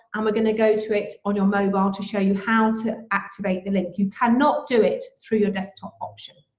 um we're gonna go to it on your mobile to show you how to activate the link. you cannot do it through the desktop option.